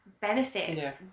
benefit